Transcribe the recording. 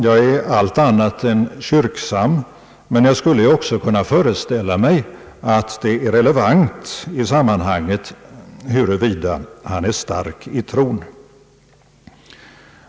Jag är allt annat än kyrksam, men jag skulle också kunna föreställa mig att det är relevant i sammanhanget huruvida han är stark i tron.